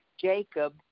Jacob